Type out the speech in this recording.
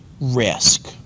risk